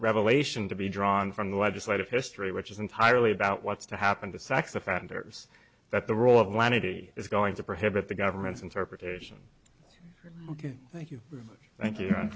revelation to be drawn from the legislative history which is entirely about what's to happen to sex offenders that the rule of lenity is going to prohibit the government's interpretation ok thank you thank you